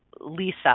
Lisa